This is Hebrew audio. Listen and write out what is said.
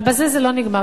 אבל בזה זה לא נגמר.